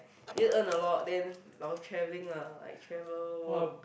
you earn a lot then but while traveling lah like travel work